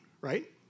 right